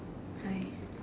hi